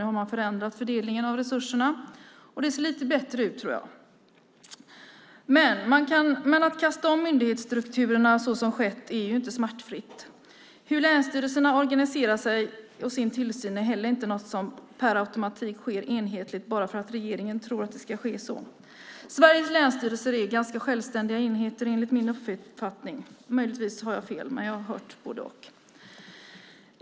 Nu har man ändrat fördelningen av resurserna, och jag tror att det nu ser lite bättre ut. Att kasta om myndighetsstrukturerna på det sätt som skett är dock inte smärtfritt. Hur länsstyrelserna organiserar sig och sin tillsyn är heller inte något som per automatik sker enhetligt bara för att regeringen tror att så ska ske. Sveriges länsstyrelser är enligt min uppfattning ganska självständiga enheter. Möjligtvis har jag fel; jag har hört både och.